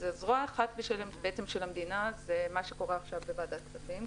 זרוע אחת של המדינה היא מה שקורה עכשיו בוועדת כספים.